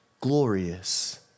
glorious